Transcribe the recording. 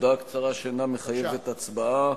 הודעה קצרה שאינה מחייבת הצבעה.